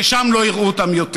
ששם לא יראו אותם יותר.